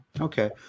okay